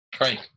Right